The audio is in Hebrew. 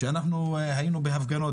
אנחנו הפגנו,